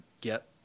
get